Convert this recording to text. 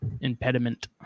impediment